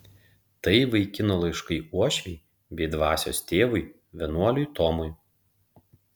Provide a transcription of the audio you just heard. tai vaikino laiškai uošvei bei dvasios tėvui vienuoliui tomui